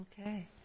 Okay